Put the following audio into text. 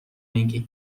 اینکه